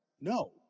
No